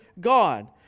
God